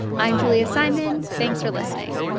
i'm julia simon. thanks for listening